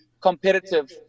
competitive